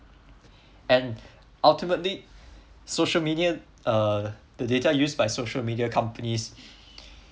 and ultimately social media uh the data used by social media companies